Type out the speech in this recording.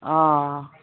অঁ